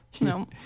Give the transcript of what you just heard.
No